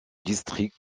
district